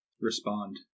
Respond